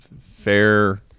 fair